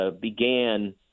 began